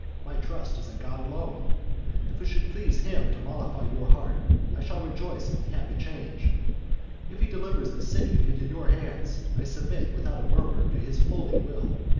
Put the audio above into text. my trust is in god alone if it should please him to mollify your heart, i shall rejoice in the happy change if he delivers the city into your hands, i submit without a murmur to his holy will.